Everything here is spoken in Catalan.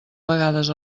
vegades